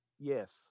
Yes